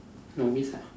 novice ah